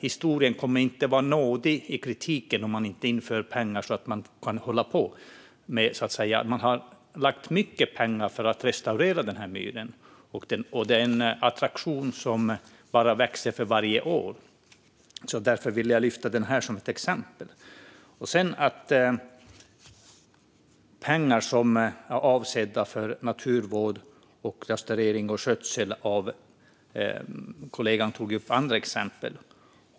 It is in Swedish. Historien kommer inte att vara nådig i kritiken om man inte tillför pengar så att det går att hålla på med detta. Det har lagts ut mycket pengar på att restaurera myren, och den är en attraktion som bara växer för varje år. Därför vill jag lyfta den som ett exempel. Man måste se att vi har satsat pengar som är avsedda för naturvård och restaurering och skötsel - min kollega tog upp andra exempel.